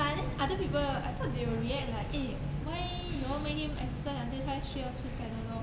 but then other people I thought they will react like eh why you all make him exercise until 他需要吃 Panadol